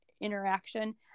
interaction